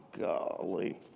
Golly